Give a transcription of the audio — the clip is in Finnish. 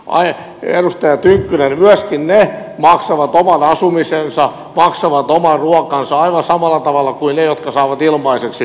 edustaja tynkkynen myöskin he maksavat oman asumisensa maksavat oman ruokansa aivan samalla tavalla kuin ne jotka saavat ilmaiseksi